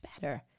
better